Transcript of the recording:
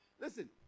Listen